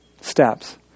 steps